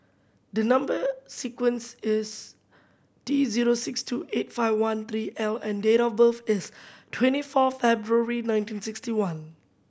the number sequence is T zero six two eight five one three L and date of birth is twenty four February nineteen sixty one